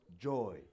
joy